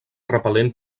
repel·lent